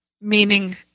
meaning